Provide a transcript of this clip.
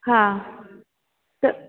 हा त